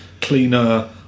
cleaner